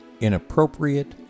inappropriate